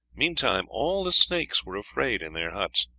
meantime all the snakes were afraid in their huts,